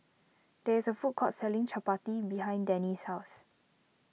there is a food court selling Chapati behind Dannie's house